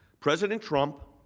president trump